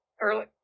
early